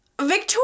Victoria